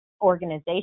organization